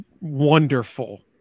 wonderful